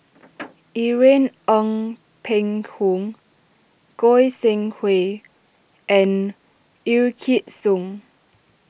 Irene Ng Phek Hoong Goi Seng Hui and Wykidd Song